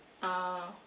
ah